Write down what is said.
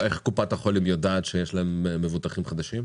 איך קופת החולים יודעת שיש להם מבוטחים חדשים?